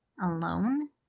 alone